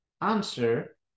answer